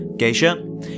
Geisha